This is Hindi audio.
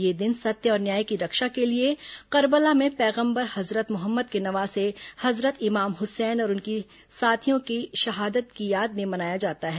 यह दिन सत्य और न्याय की रक्षा के लिए करबला में पैगम्बर हजरत मोहम्मद के नवासे हजरत इमाम हुसैन और उनके साथियों की शहादत की याद में मनाया जाता है